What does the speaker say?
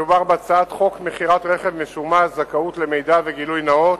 מדובר בהצעת חוק מכירת רכב משומש (זכאות למידע וגילוי נאות)